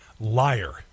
liar